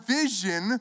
vision